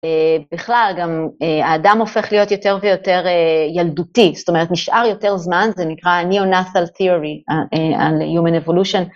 בכלל גם האדם הופך להיות יותר ויותר ילדותי, זאת אומרת, נשאר יותר זמן, זה נקרא Neonatal Theory on Human Evolution.